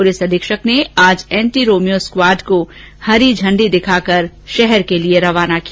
police अधीक्षक ने आज एंटी रोमियो स्क्वाड को हरी झंडी दिखाकर शहर के लिए रवाना किया